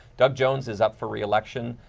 doug jones is up for reelection,